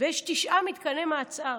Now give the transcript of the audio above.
ויש תשעה מתקני מעצר,